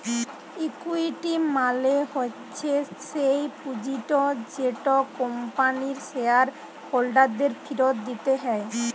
equity মালে হচ্যে স্যেই পুঁজিট যেট কম্পানির শেয়ার হোল্ডারদের ফিরত দিতে হ্যয়